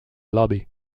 lobby